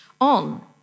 on